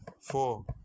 four